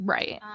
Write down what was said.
Right